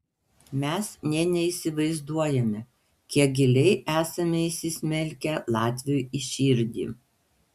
mes nė neįsivaizduojame kiek giliai esame įsismelkę latviui į širdį